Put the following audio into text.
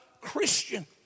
Christian